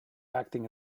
acting